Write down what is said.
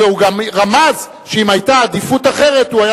הוא גם רמז שאם היתה עדיפות אחרת הוא היה